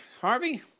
Harvey